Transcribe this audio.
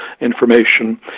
information